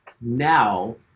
Now